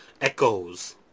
Echoes